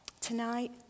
tonight